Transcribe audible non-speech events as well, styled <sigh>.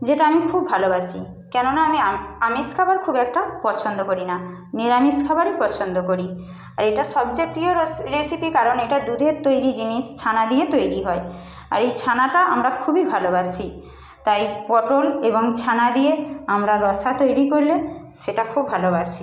যেটা আমি খুব ভালোবাসি কেননা আমি আমিষ খাবার খুব একটা পছন্দ করি না নিরামিষ খাবারই পছন্দ করি আর এটা সবচেয়ে প্রিয় <unintelligible> রেসিপি কারণ এটা দুধের তৈরি জিনিস ছানা দিয়ে তৈরি হয় আর এই ছানাটা আমরা খুবই ভালোবাসি তাই পটল এবং ছানা দিয়ে আমরা রসা তৈরি করলে সেটা খুব ভালোবাসি